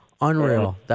Unreal